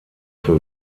für